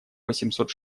восемьсот